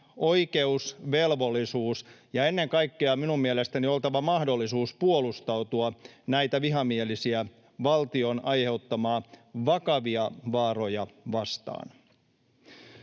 oikeus, velvollisuus ja ennen kaikkea meillä on minun mielestäni oltava mahdollisuus puolustautua näitä vihamielisiä valtion aiheuttamia vakavia vaaroja vastaan.